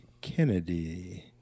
Kennedy